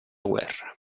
guerra